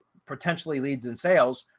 potentially leads and sales,